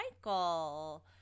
Michael